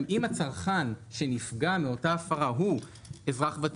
אם הצרכן שנפגע מאותה הפרה הוא אזרח ותיק,